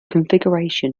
configuration